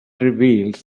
reveals